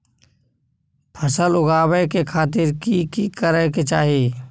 फसल उगाबै के खातिर की की करै के चाही?